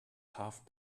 half